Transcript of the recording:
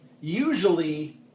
usually